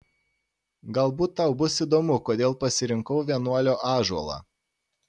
galbūt tau bus įdomu kodėl pasirinkau vienuolio ąžuolą